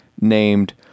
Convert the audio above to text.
named